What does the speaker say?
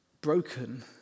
broken